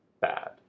bad